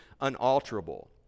unalterable